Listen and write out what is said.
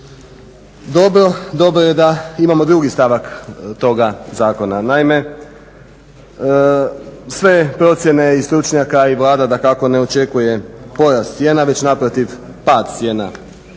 dobro je da imamo drugi stavak toga zakona. Naime, sve procjene i stručnjaka i Vlada dakako ne očekuje porast cijena već naprotiv, pad cijena